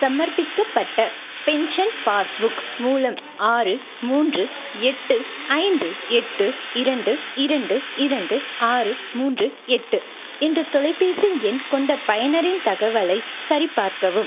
சமர்ப்பிக்கப்பட்ட pension passbook மூலம் ஆறு மூன்று எட்டு ஐந்து எட்டு இரண்டு இரண்டு இரண்டு ஆறு மூன்று எட்டு என்ற தொலைபேசி எண் கொண்ட பயனரின் தகவலைச் சரிபார்க்கவும்